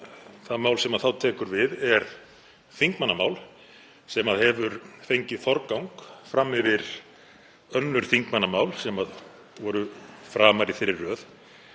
það mál sem þá tekur við er þingmannamál sem hefur fengið forgang fram yfir önnur þingmannamál sem voru framar í þeirri röð.